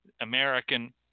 American